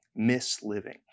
misliving